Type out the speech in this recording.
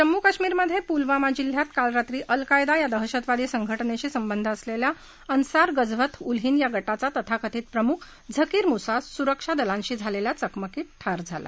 जम्मू आणि काश्मीरमध्ये पुलवामा जिल्ह्यात काल रात्री अल कायदा या दहशतवादी संघ तिशी संबंध असलेल्या अन्सार गझवत उल हिंद या गावा तथाकथित प्रमुख झकीर मुसा सुरक्षा दलांशी झालेल्या चकमकीत ठार झाला